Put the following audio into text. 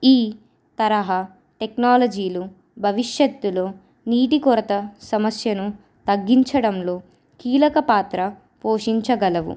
ఈ తరహా టెక్నాలజీలు భవిష్యత్తులో నీటి కొరత సమస్యను తగ్గించడంలో కీలక పాత్ర పోషించగలవు